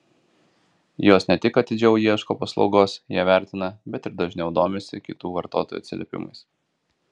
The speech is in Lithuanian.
jos ne tik atidžiau ieško paslaugos ją vertina bet ir dažniau domisi kitų vartotojų atsiliepimais